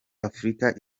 afurika